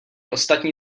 ostatní